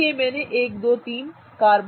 इसलिए मैं 1 2 3 के साथ शुरू करने जा रहा हूं